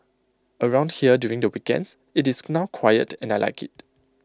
around here during the weekends IT is now quiet and I Like IT